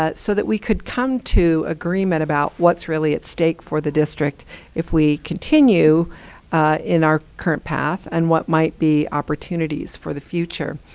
ah so that we could come to agreement about what's really at stake for the district if we continue in our current path, and what might be opportunities for the future.